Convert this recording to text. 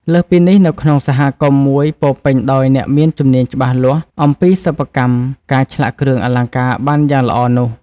លើសពីនេះនៅក្នុងសហគមន៍មួយពោរពេញដោយអ្នកមានជំនាញ់ច្បាស់លាស់អំពីសប្បិកម្មការឆ្លាក់គ្រឿងអលង្ការបានយ៉ាងល្អនោះ។